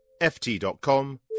ft.com